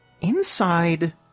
Inside